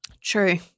True